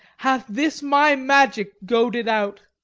hath this my magic goaded out.